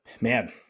Man